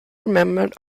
remembered